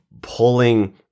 pulling